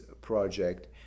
project